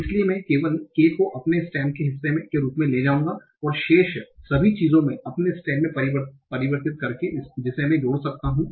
इसलिए मैं केवल k को अपने स्टेम के हिस्से के रूप में ले जाऊंगा और शेष सभी चीजो मैं अपने स्टेम में परिवर्तित कर के जिसे मैं जोड़ सकता हूं